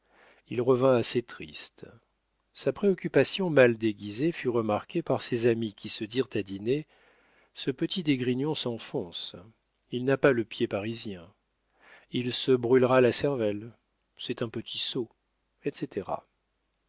il revint assez triste sa préoccupation mal déguisée fut remarquée par ses amis qui se dirent à dîner ce petit d'esgrignon s'enfonce il n'a pas le pied parisien il se brûlera la cervelle c'est un petit sot etc